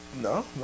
no